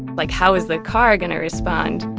like, how is the car going to respond?